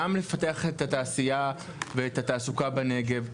גם לפתח את התעשייה ואת התעסוקה בנגב.